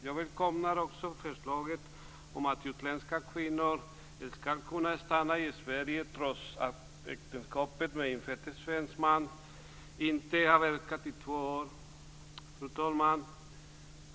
Jag välkomnar också förslaget om att utländska kvinnor skall kunna stanna i Sverige trots att äktenskapet med infödd svensk man inte har varat i två år. Fru talman!